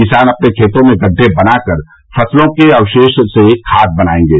किसान अपने खेतों में गड्ढे बना कर फसलों के अवशेष से खाद बनायेंगे